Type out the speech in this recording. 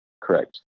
Correct